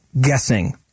guessing